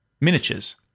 miniatures